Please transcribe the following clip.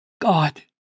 God